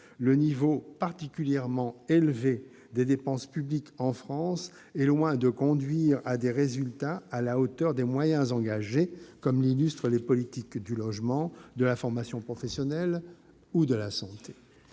le niveau particulièrement élevé des dépenses publiques en France est loin de conduire à des résultats à la hauteur des moyens engagés, comme l'illustrent les politiques du logement, de la formation professionnelle ou de la santé.